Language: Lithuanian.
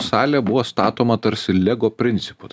salė buvo statoma tarsi lego principu